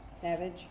Savage